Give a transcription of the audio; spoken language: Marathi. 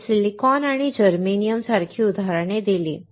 आम्ही सिलिकॉन आणि जर्मेनियम सारखी उदाहरणे दिली